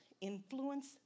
influence